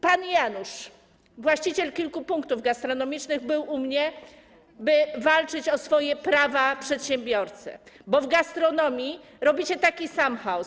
Pan Janusz, właściciel kilku punktów gastronomicznych, był u mnie, by walczyć o swoje prawa przedsiębiorcy, bo w gastronomii robicie taki sam chaos.